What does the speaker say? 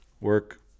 Work